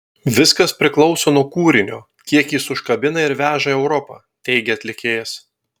viskas priklauso nuo kūrinio kiek jis užkabina ir veža europa teigė atlikėjas